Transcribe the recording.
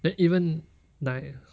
then even like